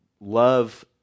love